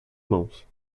mãos